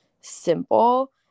simple